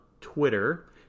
Twitter